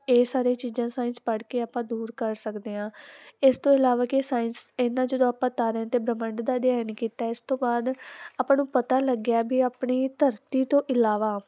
ਇਹ ਸਾਰੀਆਂ ਚੀਜ਼ਾਂ ਸਾਇੰਸ ਪੜ੍ਹ ਕੇ ਆਪਾਂ ਦੂਰ ਕਰ ਸਕਦੇ ਆਂ ਇਸ ਤੋਂ ਇਲਾਵਾ ਕੀ ਇਹ ਸਾਇੰਸ ਇਹਨਾਂ ਜਦੋਂ ਆਪਾਂ ਤਾਰਿਆਂ ਤੇ ਬ੍ਰਮੰਡ ਦਾ ਅਧਿਐਨ ਕੀਤਾ ਇਸ ਤੋਂ ਬਾਅਦ ਆਪਾਂ ਨੂੰ ਪਤਾ ਲੱਗਿਆ ਵੀ ਆਪਣੀ ਧਰਤੀ ਤੋਂ ਇਲਾਵਾ